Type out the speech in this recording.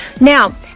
Now